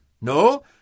No